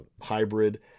hybrid